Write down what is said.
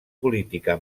política